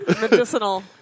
medicinal